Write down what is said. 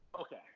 Okay